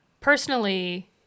personally